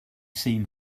seen